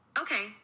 Okay